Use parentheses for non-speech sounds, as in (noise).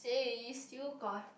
(noise) still got